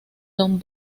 don